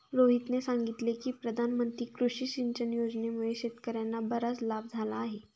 रोहितने सांगितले की प्रधानमंत्री कृषी सिंचन योजनेमुळे शेतकर्यांना बराच लाभ झाला आहे